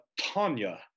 Tanya